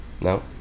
no